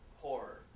horror